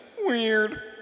weird